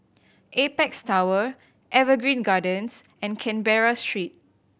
Apex Tower Evergreen Gardens and Canberra Street